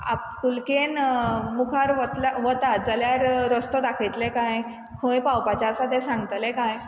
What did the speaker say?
आपुलकेन मुखार वत्ल वतात जाल्यार रस्तो दाखयतले काय खंय पावपाचें आसा तें सांगतले काय